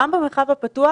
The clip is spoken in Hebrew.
גם במרחב הפתוח,